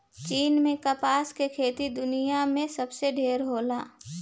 चीन में कपास के खेती दुनिया में सबसे ढेर होला